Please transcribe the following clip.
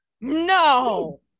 No